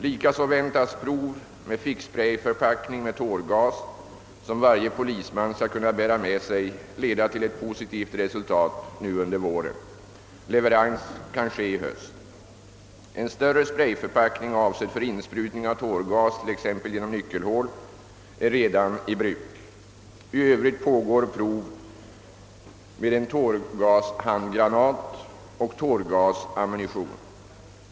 Likaså väntas prov med en ficksprayförpackning med tårgas, som varje polisman skall kunna bära med sig, leda till ett positivt resultat under våren. Leverans kan ske i höst. En större sprayförpackning avsedd för insprutning av tårgas exempelvis genom nyckelhål är redan i bruk. I övrigt pågår prov med en tårgashandgranat och tårgasammunition.